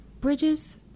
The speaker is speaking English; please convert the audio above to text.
bridges